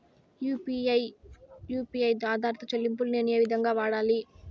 UPI U P I ఆధారిత చెల్లింపులు నేను ఏ విధంగా వాడాలి?